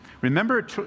Remember